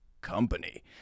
Company